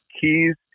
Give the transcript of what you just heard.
Keys